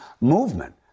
movement